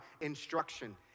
instruction